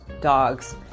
dogs